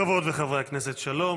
חברות וחברי הכנסת, שלום.